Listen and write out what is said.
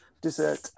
dessert